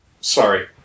sorry